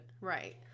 Right